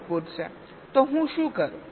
તો હું શું કરું